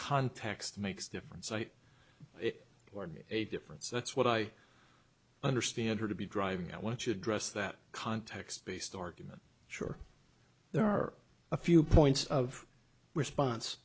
context makes difference i or made a difference that's what i understand her to be driving i want you address that context based argument sure there are a few points of response